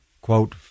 quote